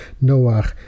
Noah